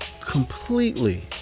completely